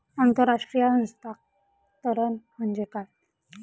आंतरराष्ट्रीय हस्तांतरण म्हणजे काय?